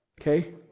Okay